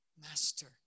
Master